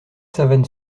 savane